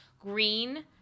green